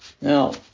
Now